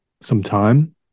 sometime